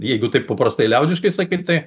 jeigu taip paprastai liaudiškai sakyt tai